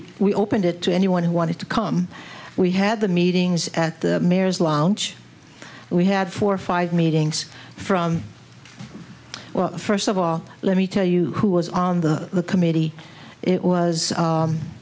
we opened it to anyone who wanted to come we had the meetings at the mayor's lounge we had four or five meetings from well first of all let me tell you who was on the committee it was